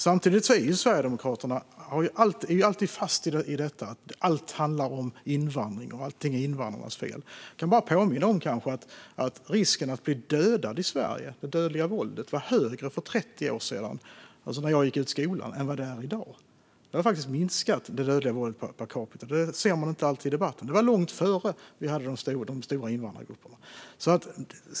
Samtidigt är Sverigedemokraterna alltid fast i att allt handlar om invandring och att allt är invandrarnas fel. Jag kan bara påminna om att risken att bli dödad i Sverige, det dödliga våldet, var större för 30 år sedan - alltså när jag gick ut skolan - än den är i dag. Det dödliga våldet per capita har faktiskt minskat. Det ser man inte alltid i debatten. Det var större långt innan vi hade den stora invandringen.